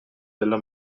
della